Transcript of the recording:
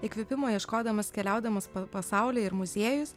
įkvėpimo ieškodamas keliaudamas pa pasaulį ir muziejus